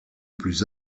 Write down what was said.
plus